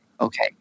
okay